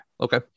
okay